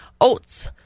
Oats